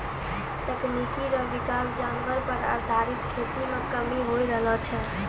तकनीकी रो विकास जानवर पर आधारित खेती मे कमी होय रहलो छै